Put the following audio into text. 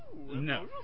No